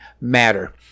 matter